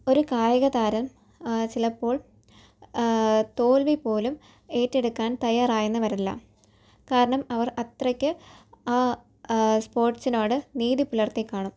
ഒരു കായിക താരം ചിലപ്പോൾ തോൽവി പോലും ഏറ്റെടുക്കാൻ തയ്യാറായെന്ന് വരില്ല കാരണം അവർ അത്രയ്ക്ക് ആ സ്പോർട്സിനോട് നീതി പുലർത്തിക്കാണും